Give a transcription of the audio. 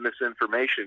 misinformation